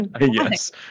Yes